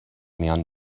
میان